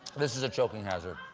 this is a choking hazard.